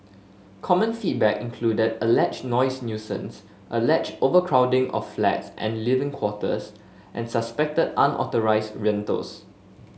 common feedback included alleged noise nuisance alleged overcrowding of flats and living quarters and suspected unauthorised rentals